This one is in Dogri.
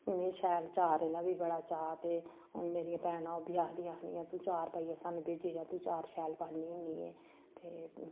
में शैल चारें दा बी बड़ा चाऽ ते हून मेरियां भैनां ओह् बी आखदियां आखदियां तू चार पाइयै सानूं भेज्जी ओड़ेआं तूं चार शैल पान्नी होन्नी ऐं ते